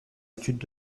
études